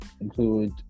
include